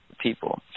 people